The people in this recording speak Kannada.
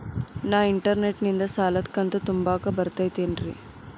ನಾ ಇಂಟರ್ನೆಟ್ ನಿಂದ ಸಾಲದ ಕಂತು ತುಂಬಾಕ್ ಬರತೈತೇನ್ರೇ?